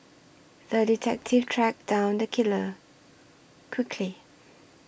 the detective tracked down the killer quickly